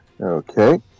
Okay